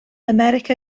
america